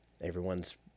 Everyone's